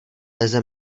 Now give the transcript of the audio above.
beze